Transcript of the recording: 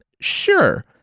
Sure